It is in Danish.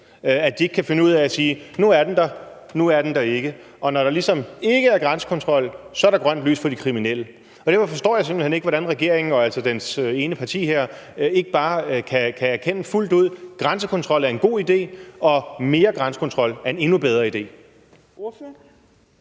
at de ikke kan finde ud af at sige: Nu er den der. Nu er den der ikke. Og når der ligesom ikke er grænsekontrol, er der grønt lys for de kriminelle. Derfor forstår jeg simpelt hen ikke, hvordan regeringen og altså dens ene parti her ikke bare kan erkende fuldt ud, at grænsekontrol er en god idé og mere grænsekontrol er en endnu bedre idé.